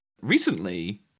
recently